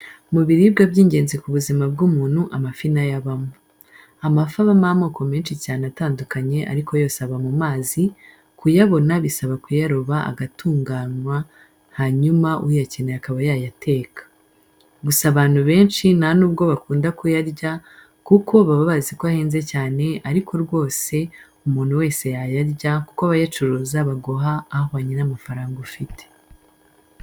Mu biribwa by'ingenzi ku buzima bw'umuntu amafi na yo abamo. Amafi abamo amoko menshi cyane atandukanye ariko yose aba mu mazi, kuyabona bisaba kuyaroba agatunganwa hanyuma uyakeneye akaba yayateka. Gusa abantu benshi nta nubwo bakunda kuyarya kuko baba baziko ahenze cyane ariko rwose umuntu wese yayarya kuko abayacuruza baguha ahwanye n'amafaranga ufite.